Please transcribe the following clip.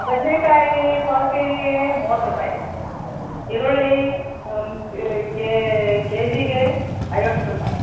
ಬದ್ನೆಕಾಯಿ per K ಜಿಗೆ ಮೂವತ್ತು ರೂಪಾಯಿ ಈರುಳ್ಳಿ ಒಂದು ಕೆ ಜಿಗೆ ಐವತ್ತು ರೂಪಾಯಿ